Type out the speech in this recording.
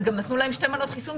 אז יש גם נתנו להם שתי מנות חיסון,